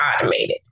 automated